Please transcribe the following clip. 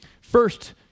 First